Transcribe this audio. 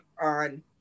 on